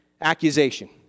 accusation